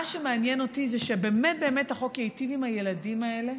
מה שמעניין אותי זה שבאמת באמת החוק ייטיב עם הילדים האלה,